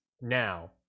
Now